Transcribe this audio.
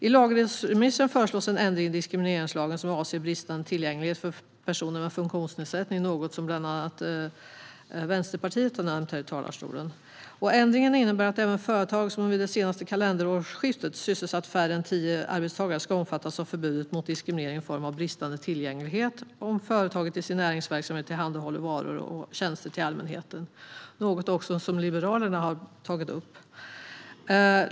I lagrådsremissen föreslås en ändring i diskrimineringslagen som avser bristande tillgänglighet för personer med funktionsnedsättning - det är något som bland annat Vänsterpartiet har nämnt här i talarstolen. Ändringen innebär att även företag som vid det senaste kalenderårsskiftet sysselsatte färre än tio arbetstagare ska omfattas av förbudet mot diskriminering i form av bristande tillgänglighet om företaget i sin näringsverksamhet tillhandahåller varor och tjänster till allmänheten. Det är något som också Liberalerna har tagit upp.